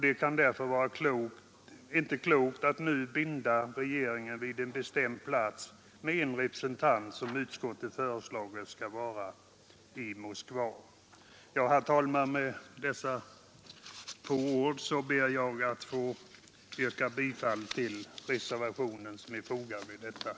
Det kan därför inte vara klokt att nu binda regeringen vid en representant på en bestämd plats, som utskottet föreslagit skall vara Moskva. Herr talman! Med dessa få ord ber jag att få yrka bifall till reservationen vid punkten 2.